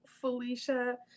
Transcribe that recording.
Felicia